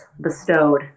bestowed